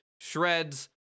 shreds